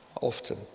often